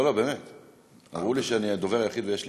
אדוני היושב-ראש, חברי כנסת